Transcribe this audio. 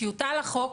טיוטה לחוק,